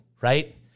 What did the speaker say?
right